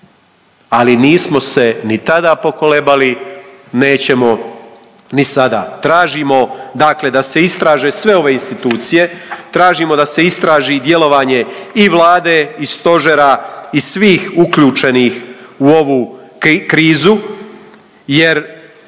ali nismo se ni tada pokolebali, nećemo ni sada. Tražimo dakle da se istraže sve ove institucije, tražimo da se istraži djelovanje i Vlade i stožera i svih uključenih u ovu krizu jer